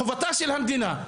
חובתה של המדינה,